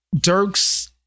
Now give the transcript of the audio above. Dirk's